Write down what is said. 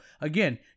again